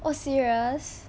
oh serious